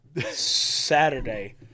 Saturday